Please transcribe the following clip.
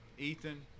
Ethan